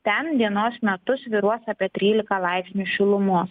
ten dienos metu svyruos apie trylika laipsnių šilumos